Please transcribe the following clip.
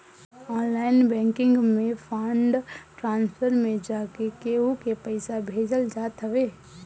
online banking में fund transfer में जाके केहू के पईसा भेजल जात हवे